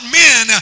men